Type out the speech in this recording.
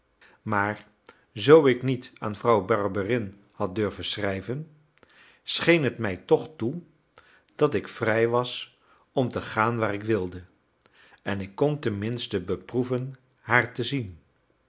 maar zoo ik niet aan vrouw barberin had durven schrijven scheen het mij toch toe dat ik vrij was om te gaan waar ik wilde en ik kon tenminste beproeven haar te zien